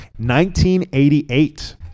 1988